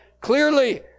clearly